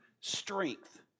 strength